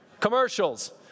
Commercials